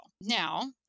Now